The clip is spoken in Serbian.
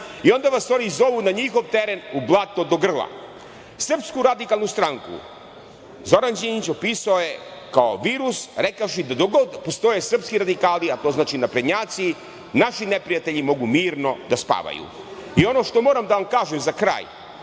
Onda vas oni zovu na njihov teren u blato do grla“. Srpsku radikalnu stranku Zoran Đinđić opisao je kao virus, rekavši da dok god postoje SRS, a to znači naprednjaci, naši neprijatelji mogu mirno da spavaju. Ono što moram da vam kažem za kraj,